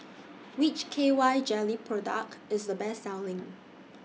Which K Y Jelly Product IS The Best Selling